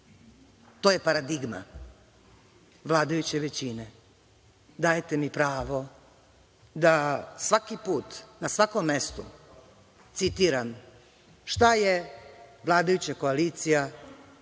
To je paradigma vladajuće većine. Dajte mi pravo da svaki put, na svakom mestu citiram šta je vladajuća koalicija